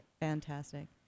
Fantastic